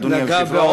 אדוני היושב-ראש,